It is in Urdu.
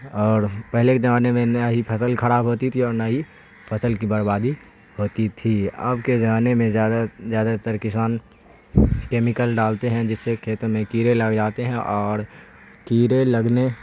اور پہلے کے زمانے میں نہ ہی فصل خراب ہوتی تھی اور نہ ہی فصل کی بربادی ہوتی تھی اب کے زمانے میں زیادہ زیادہ تر کسان کیمیکل ڈالتے ہیں جس سے کھیتوں میں کیڑے لگ جاتے ہیں اور کیڑے لگنے